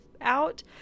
out